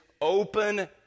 open